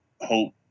hope